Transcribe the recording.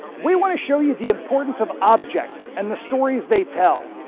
we want to show you the importance of objects and the stories they tell.